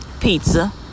pizza